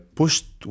pushed